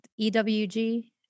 EWG